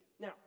now